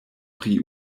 pri